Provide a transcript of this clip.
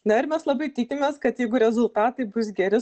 na ir mes labai tikimės kad jeigu rezultatai bus geri